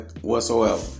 whatsoever